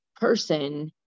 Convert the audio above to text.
person